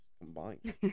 combined